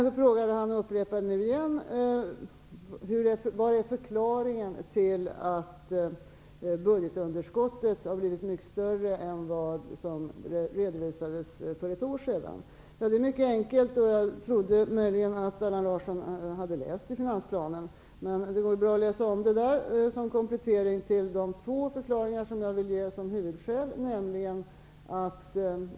En fråga som han upprepade nu igen var: Vad är förklaringen till att budgetunderskottet har blivit mycket större än vad som redovisades för ett år sedan? Svaret är mycket enkelt. Jag trodde möjligen att Allan Larsson hade läst det i finansplanen. Det går ju bra att läsa om det där, som komplettering till de två förklaringar som jag vill ge som huvudskäl.